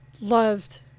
loved